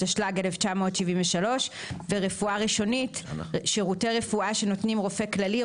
התשל"ג 1973; "רפואה ראשונית" שירותי רפואה שנותנים רופא כללי,